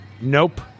Nope